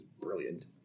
brilliant